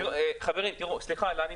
סליחה הילה,